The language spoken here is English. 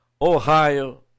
Ohio